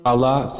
Allah